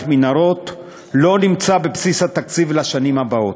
מנהרות לא נמצא בבסיס התקציב לשנים הבאות.